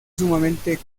sumamente